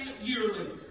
yearly